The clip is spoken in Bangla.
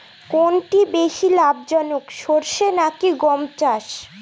কোনটি বেশি লাভজনক সরষে নাকি গম চাষ?